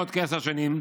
בעוד כעשר שנים,